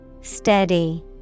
Steady